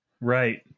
Right